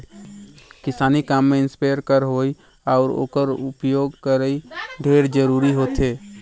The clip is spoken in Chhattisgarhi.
किसानी काम में इस्पेयर कर होवई अउ ओकर उपियोग करई ढेरे जरूरी होथे